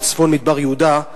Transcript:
בצפון מדבר יהודה,